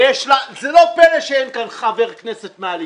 וזה לא פלא שאין כאן חבר כנסת מהליכוד,